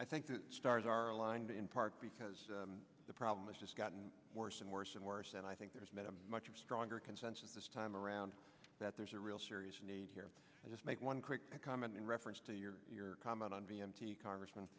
i think the stars are aligned in part because the problem is just gotten worse and worse and worse and i think there's a much stronger consensus this time around that there's a real serious need here and just make one quick comment in reference to your comment on d m t congressman